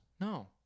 No